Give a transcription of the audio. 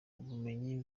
ubumenyi